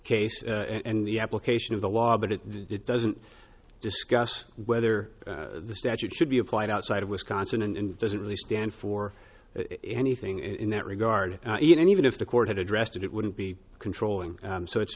case and the application of the law but it doesn't discuss whether the statute should be applied outside of wisconsin and doesn't really stand for anything in that regard and even if the court had addressed it it wouldn't be controlling so it's